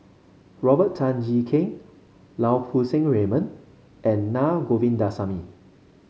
Robert Tan Jee Keng Lau Poo Seng Raymond and Naa Govindasamy